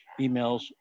emails